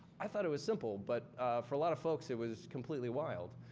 i thought it was simple, but for a lot of folks, it was completely wild.